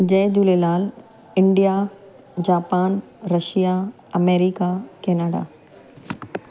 Jay Jhulelal India Japan Russia America Canada